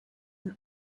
and